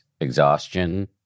exhaustion